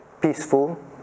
peaceful